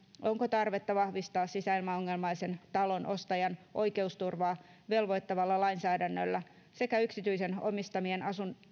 onko tarvetta vahvistaa sisäilmaongelmaisen talon ostajan oikeusturvaa velvoittavalla lainsäädännöllä sekä yksityisten omistamien